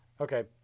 Okay